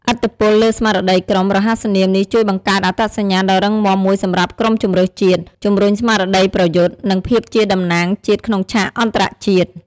ឥទ្ធិពលលើស្មារតីក្រុម រហស្សនាមនេះជួយបង្កើតអត្តសញ្ញាណដ៏រឹងមាំមួយសម្រាប់ក្រុមជម្រើសជាតិ ជំរុញស្មារតីប្រយុទ្ធ និងភាពជាតំណាងជាតិក្នុងឆាកអន្តរជាតិ។